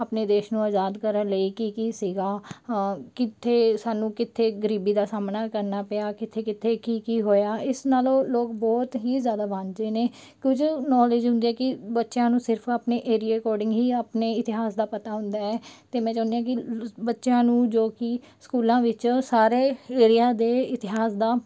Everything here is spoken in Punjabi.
ਆਪਣੇ ਦੇਸ਼ ਨੂੰ ਆਜ਼ਾਦ ਕਰਨ ਲਈ ਕੀ ਕੀ ਸੀਗਾ ਕਿੱਥੇ ਸਾਨੂੰ ਕਿੱਥੇ ਗਰੀਬੀ ਦਾ ਸਾਹਮਣਾ ਕਰਨਾ ਪਿਆ ਕਿੱਥੇ ਕਿੱਥੇ ਕੀ ਕੀ ਹੋਇਆ ਇਸ ਨਾਲੋਂ ਲੋਕ ਬਹੁਤ ਹੀ ਜ਼ਿਆਦਾ ਵਾਂਝੇ ਨੇ ਕੁਝ ਨੋਲੇਜ ਹੁੰਦੀ ਹੈ ਕਿ ਬੱਚਿਆਂ ਨੂੰ ਸਿਰਫ ਆਪਣੇ ਏਰੀਏ ਅਕੋਰਡਿੰਗ ਹੀ ਆਪਣੇ ਇਤਿਹਾਸ ਦਾ ਪਤਾ ਹੁੰਦਾ ਹੈ ਅਤੇ ਮੈਂ ਚਾਹੁੰਦੀ ਹਾਂ ਕਿ ਬੱਚਿਆਂ ਨੂੰ ਜੋ ਕਿ ਸਕੂਲਾਂ ਵਿੱਚ ਸਾਰੇ ਏਰੀਆ ਦੇ ਇਤਿਹਾਸ ਦਾ